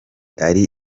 ari